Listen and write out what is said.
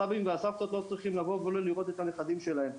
הסבים והסבתות לא צריכים לא לראות את הנכדים שלהם,